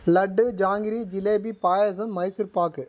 laddu jangiri jalebi payasam Mysore pak